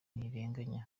ntirenganya